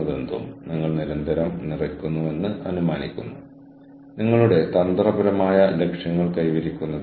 അതിനാൽ ഉറച്ച നിർദ്ദിഷ്ട കഴിവുകൾ സംരക്ഷിക്കുമ്പോൾ നമ്മുടെ ബൌദ്ധിക മൂലധനത്തിൽ നമ്മൾ വിട്ടുവീഴ്ച ചെയ്യുന്നില്ല